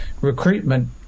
recruitment